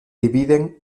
dividen